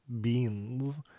beans